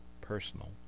personal